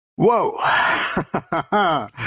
Whoa